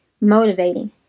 motivating